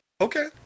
Okay